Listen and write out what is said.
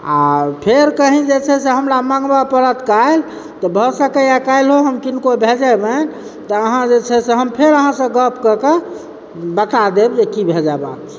आओर फेर कही जे छै से हमरा मङ्गवऽ पड़त कल्हि तऽ भए सकैए कल्हियो हम किनको भेजेबनि तऽ अहाँ जे छै से हम फेर अहाँसँ गप कए कऽ बता देब जे की भेजबाक छै